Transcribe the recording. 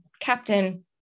captain